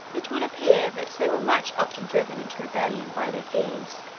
it will appear, that they were much oftener driven into rebellion by their fears,